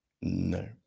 No